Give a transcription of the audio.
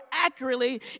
accurately